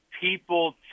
people